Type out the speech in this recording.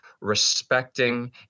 respecting